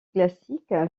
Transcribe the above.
classique